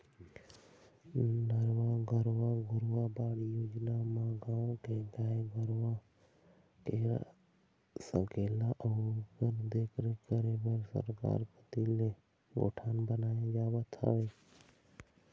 नरूवा, गरूवा, घुरूवा, बाड़ी योजना म गाँव के गाय गरूवा के सकेला अउ ओखर देखरेख करे बर सरकार कोती ले गौठान बनाए जावत हवय